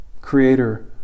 creator